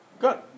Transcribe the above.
good